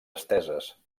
esteses